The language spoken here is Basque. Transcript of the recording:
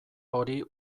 hori